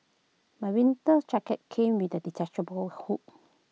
my winter jacket came with A detachable hood